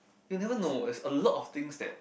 you never know there's a lot of things that